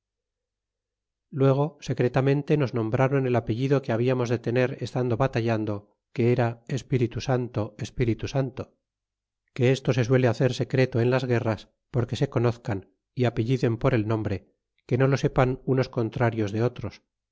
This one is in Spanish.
luego secretamente nos nombrron el apellido que habíamos de tener estando batallando que era espíritu santo espíritu santo que esto se suele hacer secreto en las guerras porque se conozcan y apelliden por el nombre que no lo sepan unos contrarios de otros